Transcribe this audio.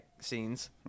scenes